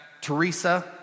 Teresa